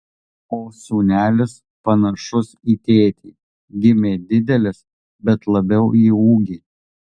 o sūnelis panašus į tėtį gimė didelis bet labiau į ūgį